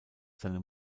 seine